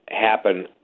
happen